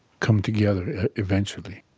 come together eventually